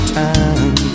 time